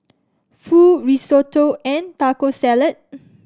Pho Risotto and Taco Salad